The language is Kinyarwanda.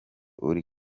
uri